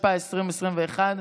התשפ"א 2021,